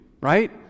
right